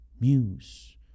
Muse